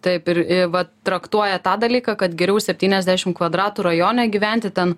taip ir vat traktuoja tą dalyką kad geriau septyniasdešimt kvadratų rajone gyventi ten